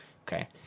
Okay